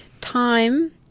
time